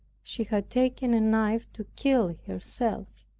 she had taken a knife to kill herself.